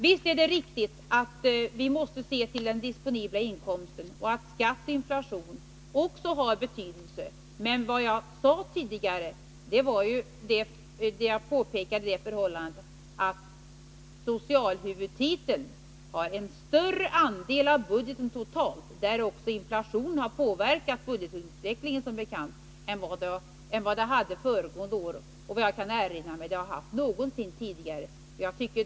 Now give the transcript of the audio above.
Visst är det riktigt att vi måste se till den disponibla inkomsten och att skatt och inflation också har betydelse. Men vad jag sade tidigare var att socialhuvudtiteln har en större andel av budgeten totalt sett — där inflationen som bekant också har påverkat utvecklingen — än den hade förra året. Och efter vad jag kan erinra mig har den en större andel av budgeten än den någonsin tidigare har haft.